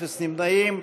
אפס נמנעים.